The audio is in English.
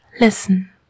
Listen